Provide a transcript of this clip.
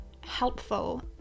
helpful